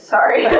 Sorry